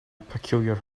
peculiar